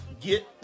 get